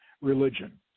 religion